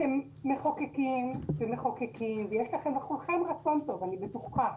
אתם מחוקקים ויש לכולכם רצון טוב, אני בטוחה בזה,